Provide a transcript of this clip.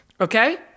Okay